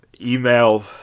email